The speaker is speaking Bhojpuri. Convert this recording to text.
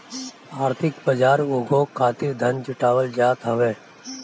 आर्थिक बाजार उद्योग खातिर धन जुटावल जात हवे